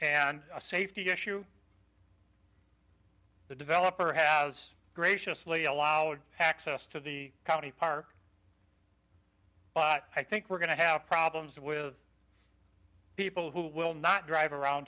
and safety issue the developer has graciously allowed access to the county park but i think we're going to have problems with people who will not drive around